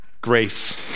Grace